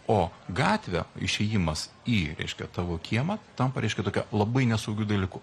o gatvė išėjimas į reiškia tavo kiemą tampa reiškia tokia labai nesaugiu dalyku